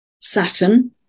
Saturn